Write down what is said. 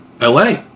LA